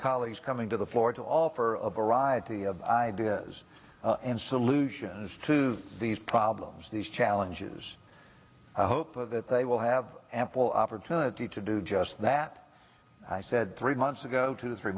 colleagues coming to the floor to offer a variety of ideas and solutions to these problems these challenges i hope that they will have ample opportunity to do just that i said three months ago to three